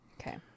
Okay